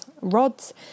rods